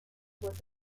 was